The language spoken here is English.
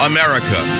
America